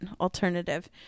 alternative